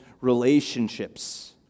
relationships